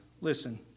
listen